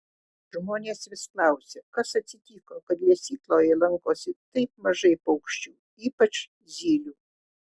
žmonės vis klausia kas atsitiko kad lesykloje lankosi taip mažai paukščių ypač zylių